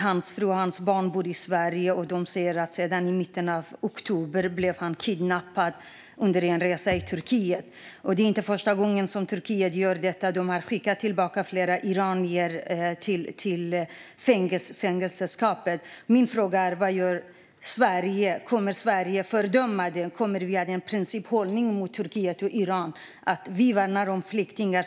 Hans fru och barn bor i Sverige, och de säger att han blev kidnappad i mitten av oktober under en resa i Turkiet. Det är inte första gången som Turkiet gör detta; de har skickat tillbaka flera iranier till fångenskap. Min fråga är: Vad gör Sverige? Kommer Sverige att fördöma detta? Kommer vi att ha den principiella hållningen mot Turkiet och Iran att vi värnar om flyktingar?